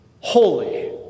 holy